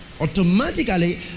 Automatically